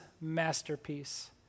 masterpiece